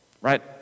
right